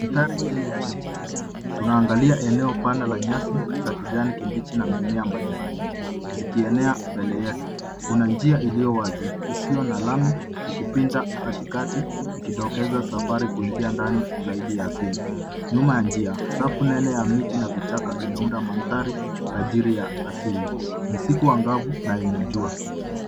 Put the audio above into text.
Mandhari hii ya nje tunaangalia eneo panda la nyasi za kijani kibichi na mimea mbalimbali zikienea mbele yetu. Kuna njia iliyo wazi isiyo na lami ikipita katikati ikidokeza safari kuingia ndani zaidi ya asili. Nyuma ya njia safu nene ya miti na vichaka inaunda mandhari tajiri ya asili. Ni siku angavu na yenye jua.